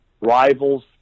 rivals